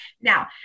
now